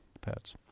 pets